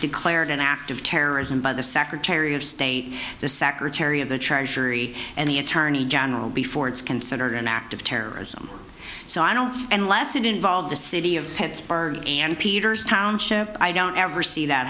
declared an act of terrorism by the secretary of state the secretary of the treasury and the attorney general before it's considered an act of terrorism so i don't unless it involved the city of pittsburgh and peters township i don't ever see that